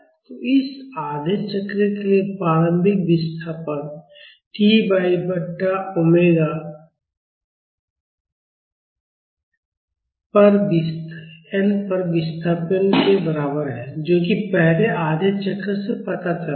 तो इस आधे चक्र के लिए प्रारंभिक विस्थापन t पाई बटा ओमेगा n पर विस्थापन के बराबर है जो कि पहले आधे चक्र से पता चला है